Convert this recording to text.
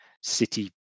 city